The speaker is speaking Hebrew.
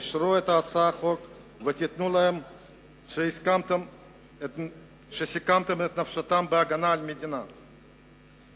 אשרו את הצעת החוק ותיתנו לאלו שמסכנים את נפשם בהגנה על המדינה את